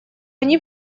они